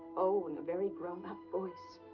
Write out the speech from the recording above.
oh, in a very grownup voice.